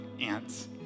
ants